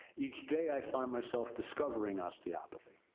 each day, i find myself discovering osteopathy.